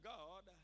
God